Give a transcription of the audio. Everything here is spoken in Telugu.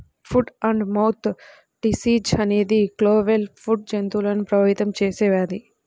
ఫుట్ అండ్ మౌత్ డిసీజ్ అనేది క్లోవెన్ ఫుట్ జంతువులను ప్రభావితం చేసే వ్యాధి